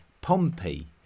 Pompey